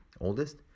oldest